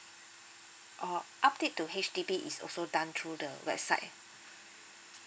oh update to H_D_B is also done through the website